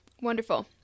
wonderful